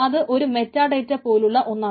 അത് ഒരു മെറ്റാഡേറ്റ പോലുള്ള ഒന്നാണ്